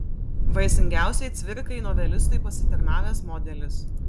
vaisingiausiai cvirkai novelistui pasitarnavęs modelis